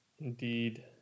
Indeed